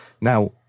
Now